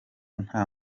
nta